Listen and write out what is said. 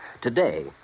Today